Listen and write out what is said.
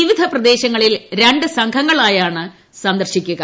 വിവിധ പ്രദേശങ്ങളിൽ രണ്ട് സംഘങ്ങളായാണ് സന്ദർശിക്കുക